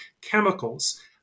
chemicals